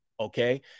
Okay